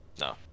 No